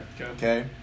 Okay